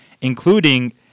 including